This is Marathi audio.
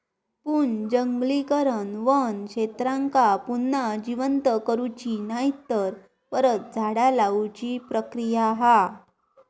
पुनर्जंगलीकरण वन क्षेत्रांका पुन्हा जिवंत करुची नायतर परत झाडा लाऊची प्रक्रिया हा